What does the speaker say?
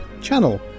channel